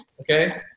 Okay